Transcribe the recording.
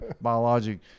biologic